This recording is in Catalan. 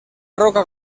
roca